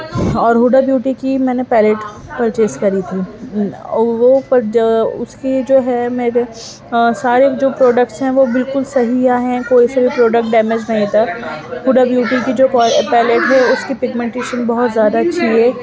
اور Huda Beauty کی میں نے پیرٹ پرچیز کری تھی اور وہ اس کی جو ہے میرے سارے جو پروڈکٹس جو ہیں بالکل صحیح ہیں کوئی سا بھی پروڈکٹ ڈیمج نہیں تھا پورا بیوٹی کی جو کا پیلٹ ہے اس کی پنمیٹیشن بہت زیادہ اچھی ہے